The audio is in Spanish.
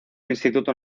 instituto